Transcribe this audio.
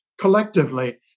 collectively